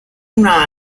una